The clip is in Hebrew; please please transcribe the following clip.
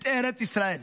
את ארץ ישראל,